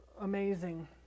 amazing